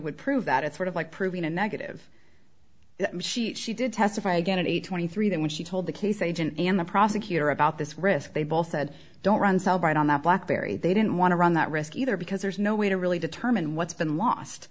would prove that it's sort of like proving a negative she she did testify again at age twenty three that when she told the case agent and the prosecutor about this risk they both said don't run so bright on that blackberry they didn't want to run that risk either because there's no way to really determine what's been lost